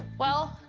well,